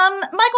michael